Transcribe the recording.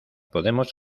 podemos